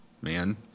man